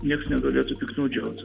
nieks negalėtų piktnaudžiauti